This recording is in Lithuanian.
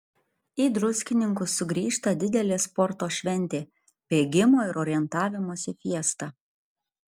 į druskininkus sugrįžta didelė sporto šventė bėgimo ir orientavimosi fiesta